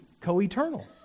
co-eternal